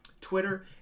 Twitter